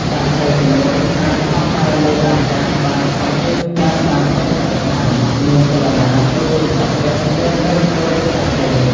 បក្សីទាំងនោះអាចហោះហើរលើអាកាសបានសព្វទិសបានតាមចិត្តប្រាថ្នា មានចលនាដូចជាសត្វពិត មានឫទ្ធិដូចសត្វទេព។